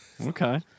Okay